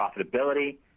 profitability